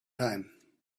time